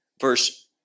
Verse